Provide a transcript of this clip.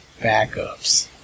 backups